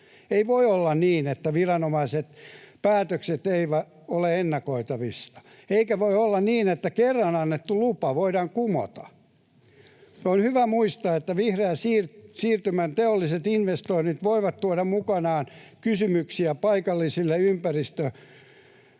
Ei voi olla niin, että viranomaisten päätökset eivät ole ennakoitavissa. Eikä voi olla niin, että kerran annettu lupa voidaan kumota. On hyvä muistaa, että vihreän siirtymän teolliset investoinnit voivat tuoda mukanaan kysymyksiä paikallisista ympäristöhaitoista.